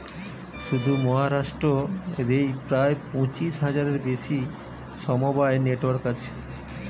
শুধু মহারাষ্ট্র রেই প্রায় পঁচিশ হাজারের বেশি সমবায় নেটওয়ার্ক আছে